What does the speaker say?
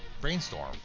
brainstorm